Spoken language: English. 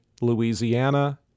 Louisiana